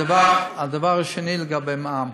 הדבר השני, לגבי מע"מ,